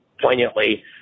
poignantly